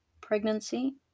pregnancy